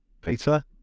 Peter